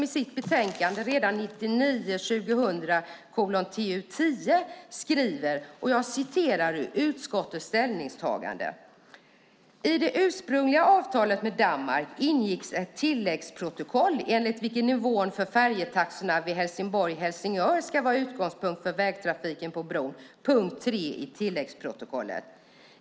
I sitt betänkande 1999/2000:TU10 skriver utskottet: I det ursprungliga avtalet med Danmark ingicks ett tilläggsprotokoll enligt vilken nivån för färjetaxorna vid Helsingborg-Helsingör ska vara utgångspunkt för vägtrafiken på bron, punkt 3 i tilläggsprotokollet.